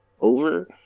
over